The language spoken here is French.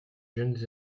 jeunes